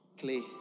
Clay